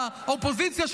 האופוזיציה,